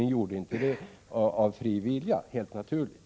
Ni gjorde det, helt naturligt, inte av fri vilja.